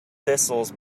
thistles